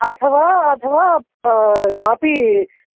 अथवा अथवा कापि